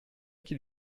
qu’il